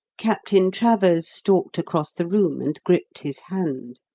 captain travers stalked across the room and gripped his hand.